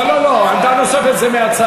לא לא לא, עמדה נוספת זה מהצד.